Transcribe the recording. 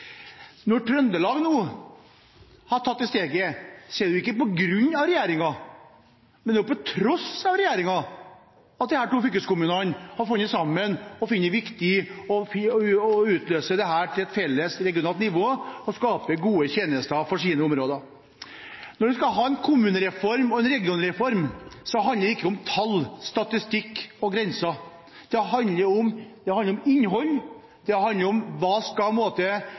Når Trøndelag nå har tatt det steget, når disse to fylkeskommunene har funnet sammen og funnet det riktig å utløse dette til et felles regionalt nivå og skape gode tjenester for sine områder, er det ikke på grunn av regjeringen, men på tross av regjeringen. Når vi skal ha en kommunereform og en regionreform, handler det ikke om tall, statistikk og grenser. Det handler om innhold og kvalitet, det handler om barnehage, skole, eldreomsorg, fylkesveier osv. Det handler ikke om å